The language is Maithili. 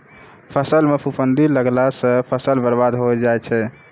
फसल म फफूंदी लगला सँ फसल बर्बाद होय जाय छै